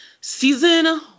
season